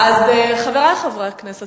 חברי חברי הכנסת,